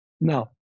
No